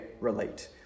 relate